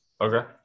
Okay